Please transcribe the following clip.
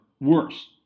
worse